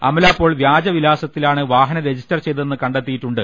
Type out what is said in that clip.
അമലാ പോൾ വ്യാജ വിലാ സത്തിലാണ് വാഹനം രജിസ്റ്റർ ചെയ്തതെന്ന് കണ്ടെ ത്തിയിട്ടുണ്ട്